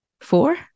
four